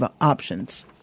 options